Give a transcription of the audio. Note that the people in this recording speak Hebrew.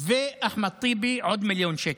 ואחמד טיבי, עוד מיליון שקל.